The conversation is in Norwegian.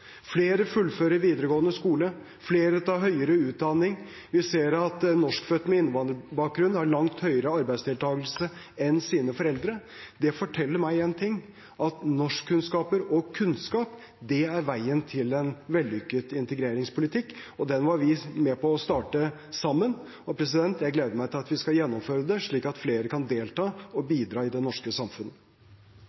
Flere fullfører videregående skole, flere tar høyere utdanning, vi ser at norskfødte med innvandrerbakgrunn har langt høyere arbeidsdeltakelse enn sine foreldre. Det forteller meg én ting, at norskkunnskaper og kunnskap er veien til en vellykket integreringspolitikk, og den var vi med på å starte sammen. Jeg gleder meg til at vi skal gjennomføre det, slik at flere kan delta og